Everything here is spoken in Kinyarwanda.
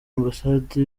ambasade